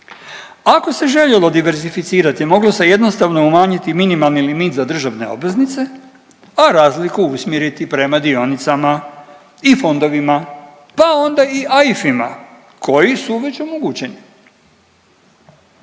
Ako se željelo diversificirati moglo se jednostavno umanjiti minimalni limit za državne obveznice, a razliku usmjeriti prema dionicama i fondovima, pa onda i AIF-ima koji su već omogućeni.